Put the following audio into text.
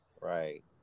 Right